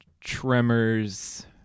Tremors